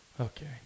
Okay